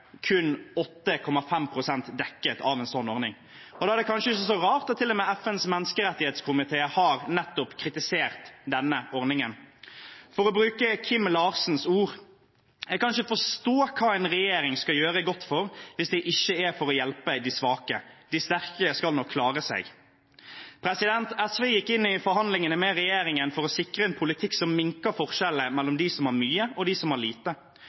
sånn ordning. Da er det kanskje ikke så rart at til og med FNs menneskerettighetskomité har kritisert nettopp denne ordningen. For å bruke Kim Larsens ord: Jeg kan ikke forstå hva en regjering skal gjøre godt for, hvis det ikke er for å hjelpe de svake. De sterke skal nok klare seg. SV gikk inn i forhandlingene med regjeringen for å sikre en politikk som minsker forskjellene mellom dem som har mye, og dem som har lite.